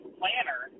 planner